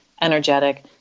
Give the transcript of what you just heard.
energetic